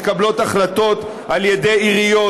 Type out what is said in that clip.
מתקבלות החלטות על ידי עיריות,